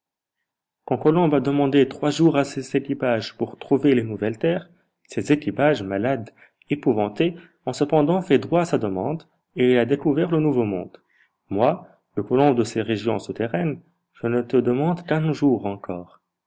quand colomb a demandé trois jours à ses équipages pour trouver les terres nouvelles ses équipages malades épouvantés ont cependant fait droit à sa demande et il a découvert le nouveau monde moi le colomb de ces régions souterraines je ne te demande qu'un jour encore